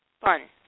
fun